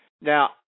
Now